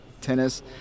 tennis